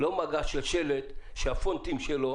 ולא מגע של שלט שהפונטים שלו